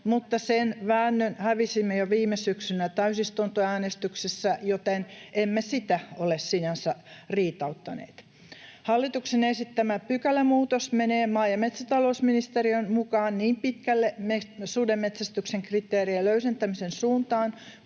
mutta sen väännön hävisimme jo viime syksynä täysistuntoäänestyksessä, joten emme sitä ole sinänsä riitauttaneet. Hallituksen esittämä pykälämuutos menee maa- ja metsätalousministeriön mukaan niin pitkälle sudenmetsästyksen kriteerien löysentämisen suuntaan